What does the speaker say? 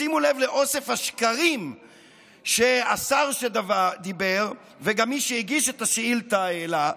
שימו לב לאוסף השקרים של השר שדיבר ושגם שמי שהגיש את השאילתה העלה.